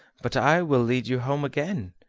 but i will lead you home again,